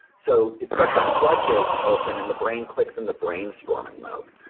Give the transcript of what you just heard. so it's like the floodgates open and the brain clicks into brainstorming mode.